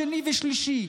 שני ושלישי,